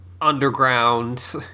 underground